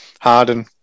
Harden